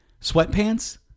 sweatpants